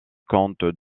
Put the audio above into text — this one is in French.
comtes